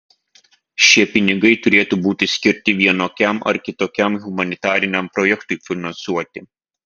šie pinigai turėtų būti skirti vienokiam ar kitokiam humanitariniam projektui finansuoti